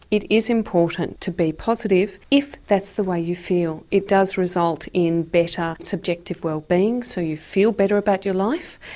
it is important to be positive if that's the way you feel. it does result in better subjective wellbeing, so you feel better about your life,